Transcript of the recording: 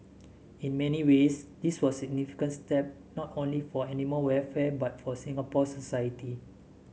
in many ways this was a significant step not only for animal welfare but for Singapore society